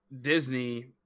disney